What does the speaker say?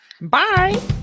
Bye